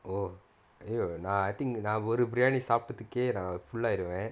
oh !aiyo! naan I think நான் ஒரு:naan oru biryani சாப்டதுக்கே நான்:saaptathukae naan full ஆய்டுவேன்:aiduvaen